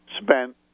spent